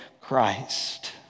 Christ